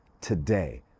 Today